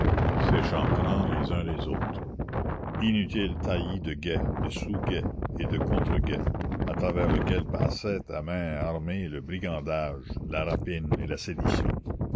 travers s'échancrant les uns les autres inutile taillis de guets de sous guets et de contre guets à travers lequel passaient à main armée le brigandage la rapine et la sédition